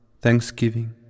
Thanksgiving